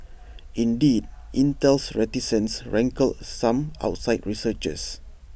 indeed Intel's reticence rankled some outside researchers